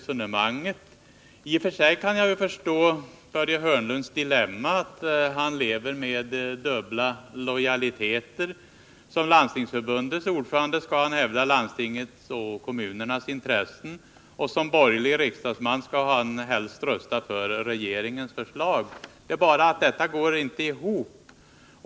Jag kan i och för sig förstå Börje Hörnlunds dilemma i och med att han lever med dubbla lojaliteter. Som Landstingsförbundets ordförande skall han hävda landstingens och kommunernas intressen, och som borgerlig riksdagsman skall han helst rösta för regeringens förslag. Det går inte ihop.